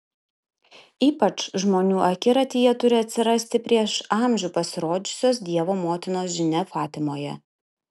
ypač žmonių akiratyje turi atsirasti prieš amžių pasirodžiusios dievo motinos žinia fatimoje